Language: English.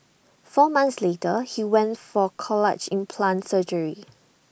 four months later he went for cochlear implant surgery